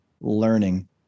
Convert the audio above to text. learning